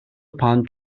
upon